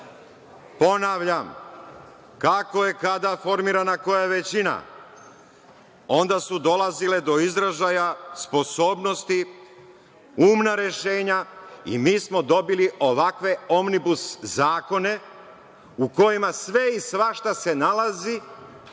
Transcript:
ponavljam, kako je kada formirana koja većina onda su dolazile do izražaja sposobnosti, umna rešenja i mi smo dobili ovakve omnibus zakone u kojima sve i svašta se nalazi,